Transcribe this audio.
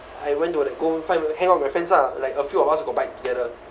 I went to like go find hangout with my friends ah like a few of us got bike together